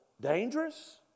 dangerous